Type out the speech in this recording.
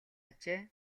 ажээ